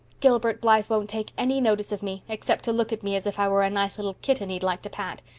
gilbert blythe won't take any notice of me, except to look at me as if i were a nice little kitten he'd like to pat.